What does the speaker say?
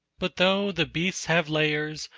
but though the beasts have lairs,